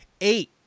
Eight